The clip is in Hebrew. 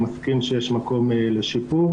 אני מסכים שיש מקום לשיפור.